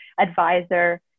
advisor